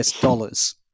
dollars